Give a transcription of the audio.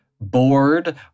bored